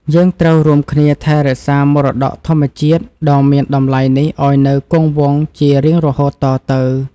យើងត្រូវរួមគ្នាថែរក្សាមរតកធម្មជាតិដ៏មានតម្លៃនេះឱ្យនៅគង់វង្សជារៀងរហូតតទៅ។